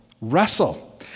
wrestle